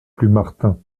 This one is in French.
plumartin